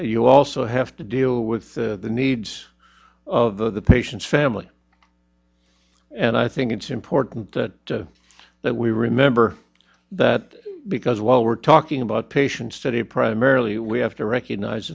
you also have to deal with the needs of the patient's family and i think it's important that that we remember that because while we're talking about patients today primarily we have to recognize